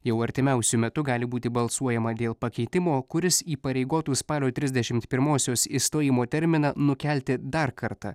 jau artimiausiu metu gali būti balsuojama dėl pakeitimo kuris įpareigotų spalio trisdešimt pirmosios išstojimo terminą nukelti dar kartą